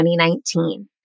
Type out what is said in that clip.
2019